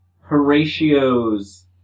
Horatio's